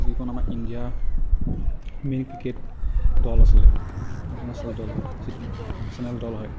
যিখন আমাৰ ইণ্ডিয়াৰ মেইন ক্ৰিকেট দল আছিলে ইণ্টাৰনেশ্যনেল দল হয় যিটো নেশ্যনেল দল হয়